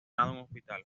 hospital